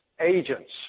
agents